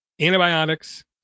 antibiotics